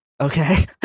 Okay